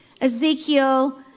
Ezekiel